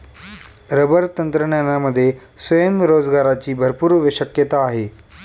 rubber तंत्रज्ञानामध्ये स्वयंरोजगाराची भरपूर शक्यता आहे